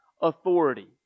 authority